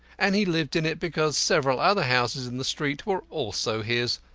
and he lived in it because several other houses in the street were also his,